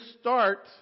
start